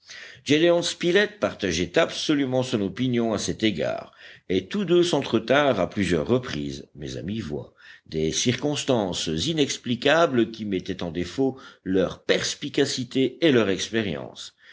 gédéon spilett partageait absolument son opinion à cet égard et tous deux s'entretinrent à plusieurs reprises mais à mi-voix des circonstances inexplicables qui mettaient en défaut leur perspicacité et leur expérience